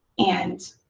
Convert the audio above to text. and